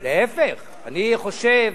אני חושב,